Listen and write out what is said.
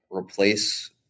replace